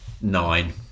nine